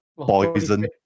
Poison